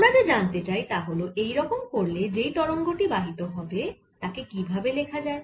আমরা যা জানতে চাই তা হল এই রকম করলে যেই তরঙ্গ টি বাহিত হবে তাকে কি ভাবে লেখা যায়